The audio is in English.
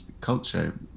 culture